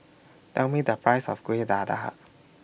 Tell Me The Price of Kuih Dadar